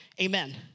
Amen